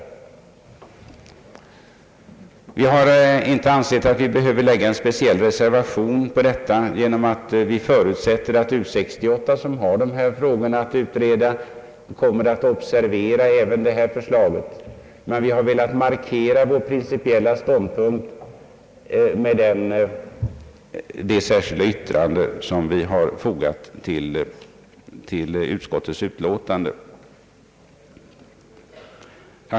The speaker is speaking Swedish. Vi har inte ansett oss behöva avge en speciell reservation på denna punkt, eftersom vi förutsätter att U 68, som har att utreda dessa frågor, kommer att observera även det här förslaget. Vi har emellertid velat markera vår principiella ståndpunkt med det särskilda yttrande som vi har fogat till utskottets utlåtande.